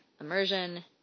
immersion